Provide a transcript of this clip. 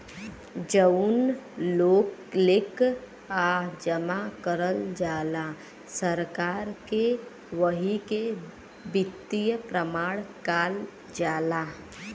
जउन लेकःआ जमा करल जाला सरकार के वही के वित्तीय प्रमाण काल जाला